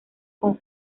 con